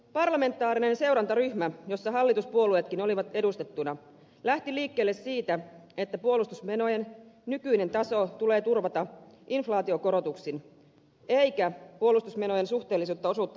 parlamentaarinen seurantaryhmä jossa hallituspuolueetkin olivat edustettuina lähti liikkeelle siitä että puolustusmenojen nykyinen taso tulee turvata inflaatiokorotuksin eikä puolustusmenojen suhteellista osuutta tarvitse nostaa